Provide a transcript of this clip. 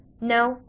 No